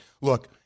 look